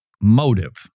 Motive